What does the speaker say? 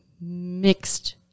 mixed